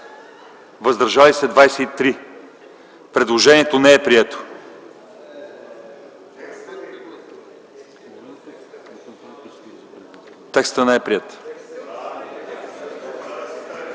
въздържали се 23. Предложението не е прието, текстът не е приет.